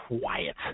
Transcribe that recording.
quiet